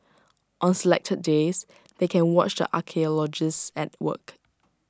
on selected days they can watch the archaeologists at work